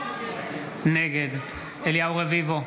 נגד אליהו רביבו,